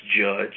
judge